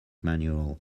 manual